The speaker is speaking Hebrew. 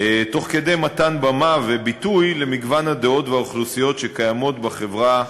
תוך מתן במה וביטוי למגוון הדעות והאוכלוסיות שקיימות בחברה